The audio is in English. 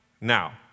now